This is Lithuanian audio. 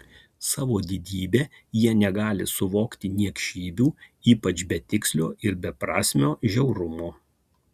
savo didybe jie negali suvokti niekšybių ypač betikslio ir beprasmio žiaurumo